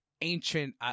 ancient